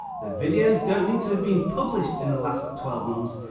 the videos don't need to have been published in the last twelve months,